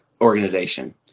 organization